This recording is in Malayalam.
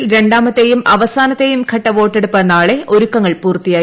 ഛത്തിസ്ഗഡിൽ രണ്ടിമുത്തെയും അവസാനത്തെയും ഘട്ട വോട്ടെടുപ്പ് നാള്ളെ ഒരുക്കങ്ങൾ പൂർത്തിയായി